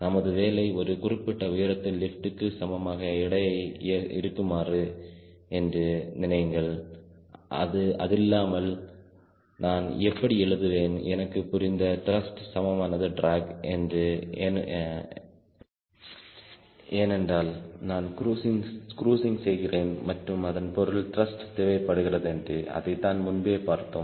நமது வேலை ஒரு குறிப்பிட்ட உயரத்தில் லிப்ட்க்கு சமமாக எடை இருக்குமாறு என்று நினையுங்கள் அதில்லாமல் நான் எப்படி எழுதுவேன் எனக்கு புரிந்த த்ருஷ்ட் சமமானது டிராக் என்று ஏனென்றால் நான் குரூஸிங் செய்கிறேன் மற்றும் அதன் பொருள் த்ருஷ்ட் தேவைப்படுகிறது என்று அதைத்தான் முன்பே பார்த்தோம்